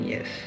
Yes